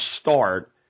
start